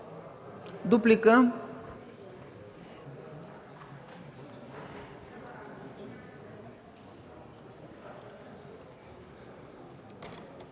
добре.